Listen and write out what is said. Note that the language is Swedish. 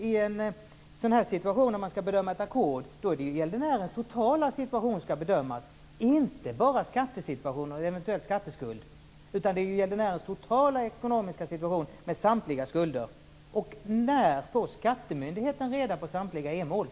I en situation där man skall bedöma ett ackord är det gäldenärens totala ekonomiska situation med samtliga skulder som skall bedömas, inte bara skattesituationen och eventuell skatteskuld.